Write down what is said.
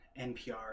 NPR